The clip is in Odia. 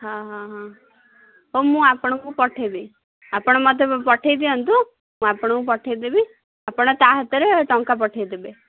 ହଁ ହଁ ହଁ ହଉ ମୁଁ ଆପଣଙ୍କୁ ପଠାଇବି ଆପଣ ମୋତେ ପଠାଇ ଦିଅନ୍ତୁ ମୁଁ ଆପଣଙ୍କୁ ପଠାଇଦେବି ଆପଣ ତା ହାତରେ ଟଙ୍କା ପଠାଇଦେବେ